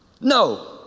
No